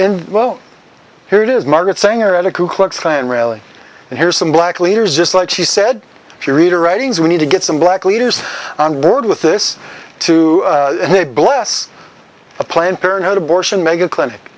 in well here it is margaret sanger at a coup klux klan rally and here's some black leaders just like she said she read her writings we need to get some black leaders on board with this too they bless a planned parenthood abortion mega clinic